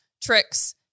tricks